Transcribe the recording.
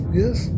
yes